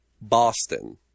Boston